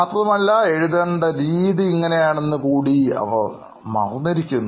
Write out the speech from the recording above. മാത്രമല്ല എഴുതേണ്ട രീതി ഇങ്ങനെയാണെന്നു കൂടി അവർ മറന്നിരിക്കുന്നു